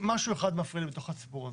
משהו אחד מפריע לי בתוך הסיפור הזה,